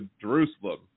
Jerusalem